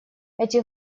эти